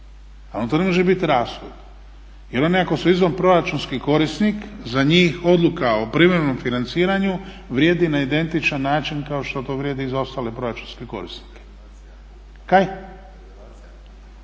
…/Govornik se ne razumije./… izvanproračunski korisnik za njih odluka o privremenom financiranju vrijedi na identičan način kao što to vrijedi i za ostale proračunske korisnike. To